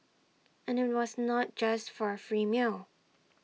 and IT was not just for A free meal